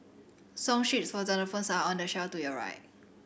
Song sheets for xylophones are on the shelf to your right